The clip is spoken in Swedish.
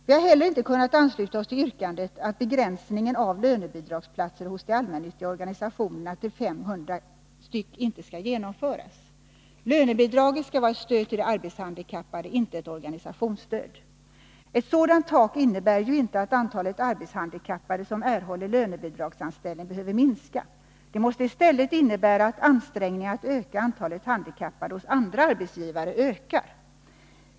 Vi har heller inte kunnat ansluta oss till yrkandet att begränsningen av antalet lönebidragsplatser hos de allmännyttiga organisationerna till 500 inte skall genomföras. Lönebidraget skall vara ett stöd till de arbetshandikappade, inte ett organisationsstöd. Ett sådant tak innebär ju inte att antalet arbetshandikappade som erhåller lönebidragsanställning behöver minska. Det måste i stället innebära att ansträngningarna att öka antalet handikappade hos andra arbetsgivare ökar.